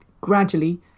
gradually